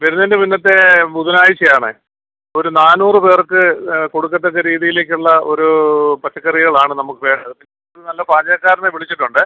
വരുന്നതിന്റെ പിന്നത്തെ ബുധനാഴ്ച്ചയാണെ ഒരു നാന്നൂറ് പേർക്ക് കൊടുക്കത്തക്ക രീതിയിലേക്കുള്ള ഒരു പച്ചക്കറികളാണ് നമുക്ക് വേണ്ടത് നല്ല പാചകക്കാരനെ വിളിച്ചിട്ടുണ്ട്